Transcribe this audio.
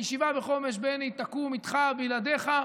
הישיבה בחומש, בני, תקום איתך או בלעדיך.